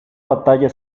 batalla